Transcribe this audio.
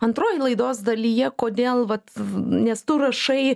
antroj laidos dalyje kodėl vat nes tu rašai